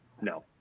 no